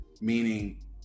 meaning